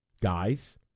Guys